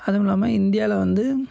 அதுவும் இல்லாமல் இந்தியாவில வந்து